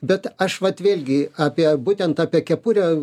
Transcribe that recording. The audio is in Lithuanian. bet aš vat vėlgi apie būtent apie kepurę